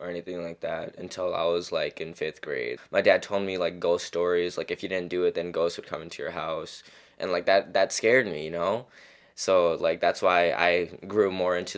or anything like that until i was like in fifth grade my dad told me like ghost stories like if you don't do it and goes to come into your house and like that that scared me you know so like that's why i grew more into